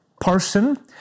person